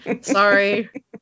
Sorry